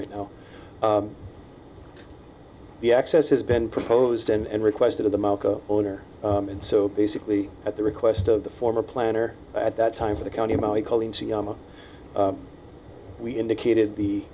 right now the access has been proposed and requested of the owner and so basically at the request of the former planner at that time for the county we indicated the